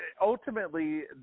ultimately